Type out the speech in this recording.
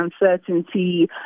uncertainty